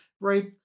right